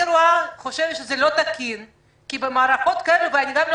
אני חושבת שזה לא תקין כי במערכות כאלה ואני גם לא